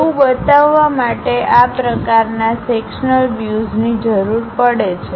તેવુ બતાવવા માટે આ પ્રકારના સેક્શન્લ વ્યુઝની જરૂર પડે છે